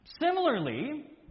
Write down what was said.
Similarly